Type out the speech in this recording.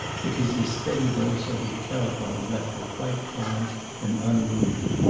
because his steady voice over the telephone left her quite calm and unmoved.